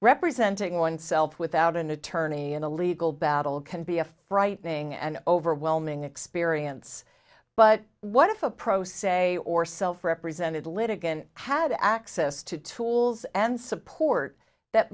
representing oneself without an attorney in a legal battle can be a frightening and overwhelming experience but what if a pro se or self represented litigant had access to tools and support that